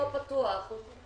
היא לא נספרת באוכלוסייה בכלל.